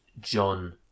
John